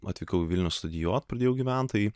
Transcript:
atvykau į vilnių studijuoti pradėjau gyvent tai